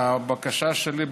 הבקשה שלי,